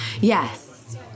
Yes